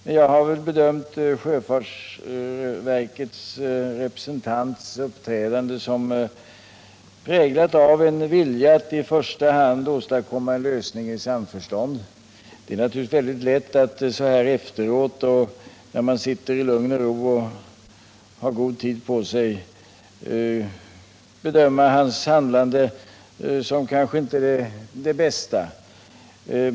Men jag har bedömt sjöfartsverkets representants uppträdande som präglat av en vilja att i första hand åstadkomma en lösning i samförstånd. Det är naturligtvis väldigt lätt att så här efteråt, när man sitter i lugn och ro och har god tid på sig, bedöma hans handlande som kanske inte det bästa.